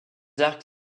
arcs